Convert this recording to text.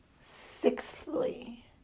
Sixthly